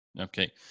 Okay